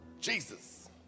Jesus